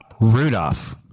Rudolph